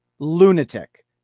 Lunatic